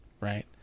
Right